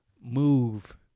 move